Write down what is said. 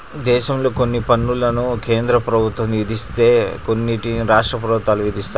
దేశంలో కొన్ని పన్నులను కేంద్ర ప్రభుత్వం విధిస్తే కొన్నిటిని రాష్ట్ర ప్రభుత్వాలు విధిస్తాయి